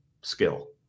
skill